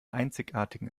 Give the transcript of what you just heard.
einzigartigen